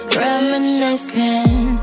reminiscing